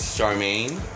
Charmaine